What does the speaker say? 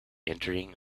entering